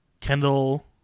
kendall